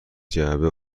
جعبه